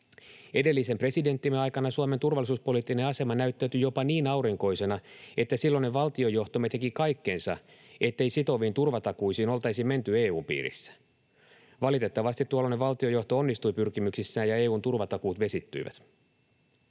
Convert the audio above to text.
Edellisen presidenttimme aikana Suomen turvallisuuspoliittinen asema näyttäytyi jopa niin aurinkoisena, että silloinen valtiojohtomme teki kaikkensa, ettei sitoviin turvatakuisiin oltaisi menty EU:n piirissä. Valitettavasti tuolloinen valtiojohto onnistui pyrkimyksissään, ja EU:n turvatakuut vesittyivät.